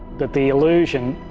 but the illusion